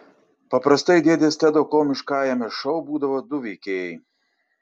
paprastai dėdės tedo komiškajame šou būdavo du veikėjai